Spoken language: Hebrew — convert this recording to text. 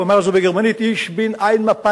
הוא אמר את זה בגרמנית: ich bin ein Mapainik.